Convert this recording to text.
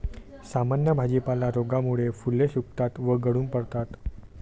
सामान्य भाजीपाला रोगामुळे फुले सुकतात व गळून पडतात